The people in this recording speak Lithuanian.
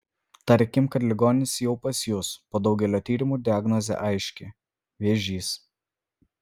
tarkim kad ligonis jau pas jus po daugelio tyrimų diagnozė aiški vėžys